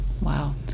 Wow